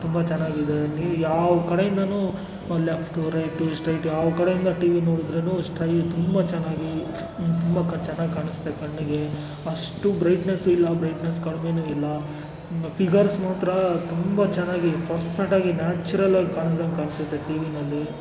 ತುಂಬ ಚೆನ್ನಾಗಿದೆ ನೀವು ಯಾವ ಕಡೆಯಿಂದಲೂ ಲೆಫ್ಟು ರೈಟು ಸ್ಟ್ರೇಯ್ಟು ಯಾವ ಕಡೆಯಿಂದ ಟಿವಿ ನೋಡಿದ್ರೂನು ಸ್ಟ್ರೇ ತುಂಬ ಚೆನ್ನಾಗಿ ತುಂಬ ಕ ಚೆನ್ನಾಗಿ ಕಾಣಿಸುತ್ತೆ ಕಣ್ಣಿಗೆ ಅಷ್ಟು ಬ್ರೈಟ್ನೆಸ್ ಇಲ್ಲ ಬ್ರೈಟ್ನೆಸ್ ಕಡಿಮೆನೂ ಇಲ್ಲ ಫಿಗರ್ಸ್ ಮಾತ್ರ ತುಂಬ ಚೆನ್ನಾಗಿ ಫರ್ಫೆಕ್ಟಾಗಿ ನ್ಯಾಚುರಲ್ಲಾಗಿ ಕಾಣ್ಸ್ದಂಗೆ ಕಾಣಿಸುತ್ತೆ ಟಿವಿಯಲ್ಲಿ